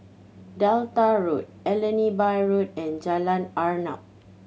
Delta Road Allenby Road and Jalan Arnap